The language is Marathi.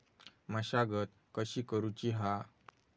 मशागत कशी करूची हा?